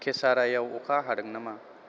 केसारायाव अखा हादों नामा